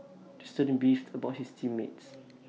the student beefed about his team mates